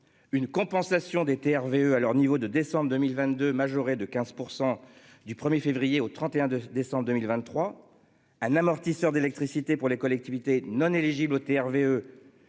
Une compensation des TRV eux à leur niveau de décembre 2022 majoré de 15% du 1er février au 31 de décembre 2023. Un amortisseur d'électricité pour les collectivités non éligible au TRV